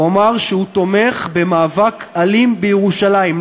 הוא אמר שהוא תומך במאבק אלים בירושלים,